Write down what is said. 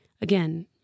again